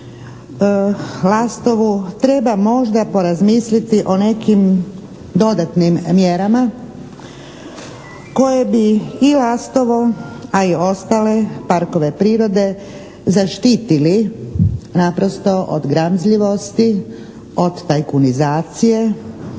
Lastovu treba možda porazmisliti o nekim dodatnim mjerama koje bi i Lastovo a i ostale parkove prirode zaštitili naprosto od gramzljivosti, od tajkunizacije